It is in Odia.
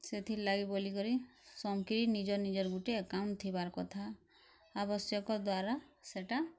ସେଥିର୍ ଲାଗି ବଲିକରି ସମ୍କିର୍ ନିଜର୍ ନିଜର୍ ଗୋଟେ ଏକାଉଣ୍ଟ୍ ଥିବାର୍ କଥା ଆବଶ୍ୟକ ଦ୍ଵାରା ସେଟା